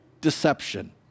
deception